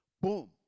Boom